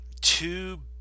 two